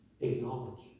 Acknowledge